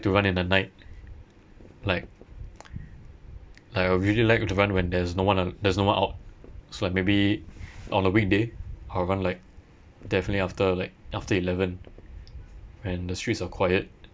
to run in the night like I really like to run when there's no one o~ there's no one out so like maybe on a weekday I'll run like definitely after like after eleven when the streets are quiet